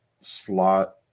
slot